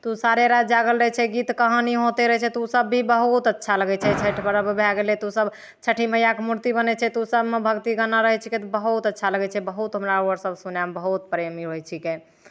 तऽ ओ सारे राति जागल रहै छै गीत कहानी होते रहै छै तऽ ओसभ भी बहुत अच्छा लगै छै छठि पर्व भए गेलै तऽ ओसभ छठि मैयाके मूर्ति बनै छै तऽ ओसभमे भक्ति गाना रहै छिकै तऽ बहुत अच्छा लगै छै बहुत हमरा ओ आर सभ सुनयमे बहुत प्रेमी होइ छिकै